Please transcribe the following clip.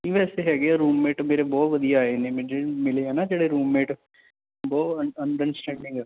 ਵੈਸੇ ਹੈਗੇ ਆ ਰੂਮਮੇਟ ਮੇਰੇ ਬਹੁਤ ਵਧੀਆ ਆਏ ਨੇ ਮਿਲੇ ਨਾ ਜਿਹੜੇ ਰੂਮਮੇਟ ਬਹੁਤ ਅੰ ਅੰਡਰਸਟੈਂਡਿੰਗ ਹੈ